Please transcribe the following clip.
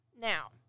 Now